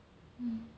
mm